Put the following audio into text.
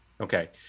okay